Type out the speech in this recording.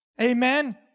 Amen